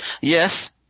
Yes